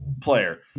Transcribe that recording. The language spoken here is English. player